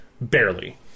Barely